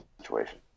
situation